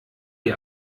die